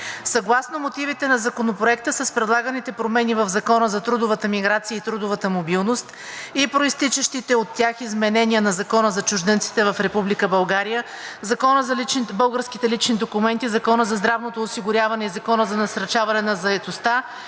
Съгласно мотивите на Законопроекта с предлаганите промени в Закона за трудовата миграция и трудовата мобилност и произтичащите от тях изменения на Закона за чужденците в Република България, Закона за българските лични документи, Закона за здравното осигуряване и Закона за насърчаване на заетостта